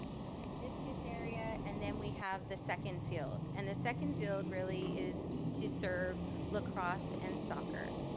discus area, and then we have the second field. and the second field really is to serve lacrosse and soccer.